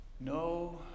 no